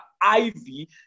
Ivy